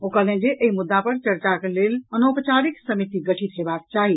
ओ कहलनि जे एहि मुद्दा पर चर्चाक लेल अनौपचारिक समिति गठित हेबाक चाही